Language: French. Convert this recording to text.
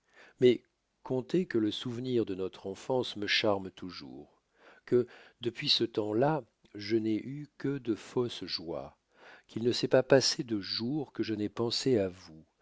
mais comptez que le souvenir de notre enfance me charme toujours que depuis ce temps-là je n'ai eu que de fausses joies qu'il ne s'est pas passé de jour que je n'aie pensé à vous